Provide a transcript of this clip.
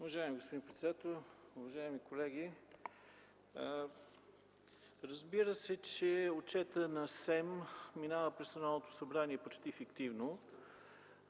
Уважаеми господин председател, уважаеми колеги! Разбира се, че отчетът на СЕМ минава през Народното събрание почти фиктивно,